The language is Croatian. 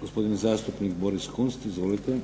Gospodin zastupnik Boris Kunst. Izvolite.